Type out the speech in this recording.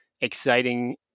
exciting